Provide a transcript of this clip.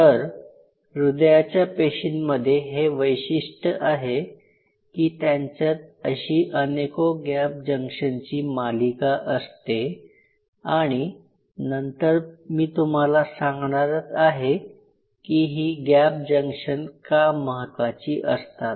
तर हृदयाच्या पेशींमध्ये हे वैशिष्ट्य आहे की त्यांच्यात अशी अनेको गॅप जंक्शनची मालिका असते आणि नंतर मी तुम्हाला सांगणारच आहे की ही गॅप जंक्शन का महत्त्वाची असतात